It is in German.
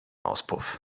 auspuff